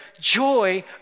joy